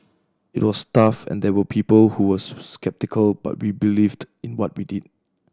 it was tough and there were people who was sceptical but we believed in what we did